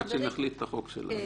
עד שנחליף את החוק הזה.